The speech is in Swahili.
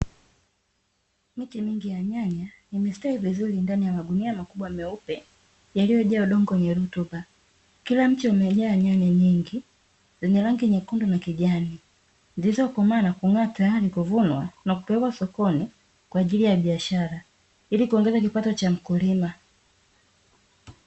Miti mingi ya nyanya imestawi vizuri ndani ya magunia makubwa meupe yaliyojaa udongo wenye rutuba, kila mche umejaa nyanya nyingi zenye rangi nyekundu na kijani zilizokomaa na kung’aa tayari kuvunwa na kupelekwa sokoni kwa ajili ya biashara ili kuongeza kipato cha mkulima.